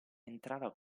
entrava